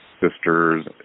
Sisters